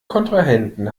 kontrahenten